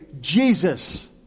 Jesus